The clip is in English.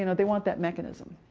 you know they want that mechanism.